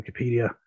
Wikipedia